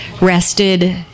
rested